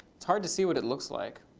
it's hard to see what it looks like.